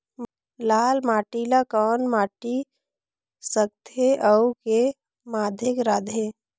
लाल माटी ला कौन माटी सकथे अउ के माधेक राथे?